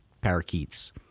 parakeets